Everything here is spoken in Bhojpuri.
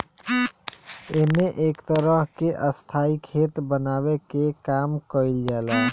एमे एक तरह के स्थाई खेत बनावे के काम कईल जाला